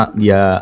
dia